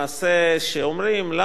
שאומרים: למה לנו?